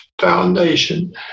foundation